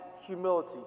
humility